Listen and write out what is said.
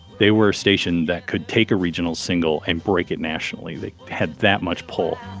they were a station that could take a regional single and break it nationally. they had that much pull.